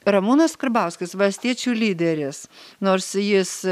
ramūnas karbauskis valstiečių lyderis nors jis